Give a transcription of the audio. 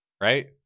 right